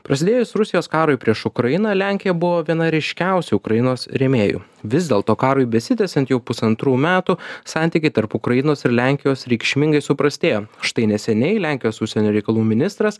prasidėjus rusijos karui prieš ukrainą lenkija buvo viena ryškiausių ukrainos rėmėjų vis dėlto karui besitęsiant jau pusantrų metų santykiai tarp ukrainos ir lenkijos reikšmingai suprastėjo štai neseniai lenkijos užsienio reikalų ministras